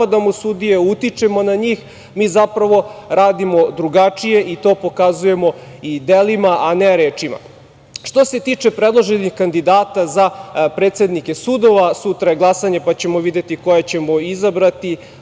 napadamo sudije, utičemo na njih. Mi zapravo radimo drugačije i to pokazujemo i delima, a ne rečima. Što se tiče predloženih kandidata za predsednike sudova, sutra je glasanje pa ćemo videti koje ćemo izabrati.